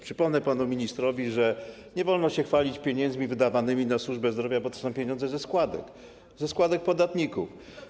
Przypomnę panu ministrowi, że nie wolno się chwalić pieniędzmi wydawanymi na służbę zdrowia, bo są to pieniądze ze składek podatników.